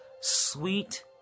sweet